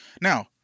Now